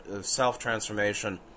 self-transformation